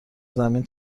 زمین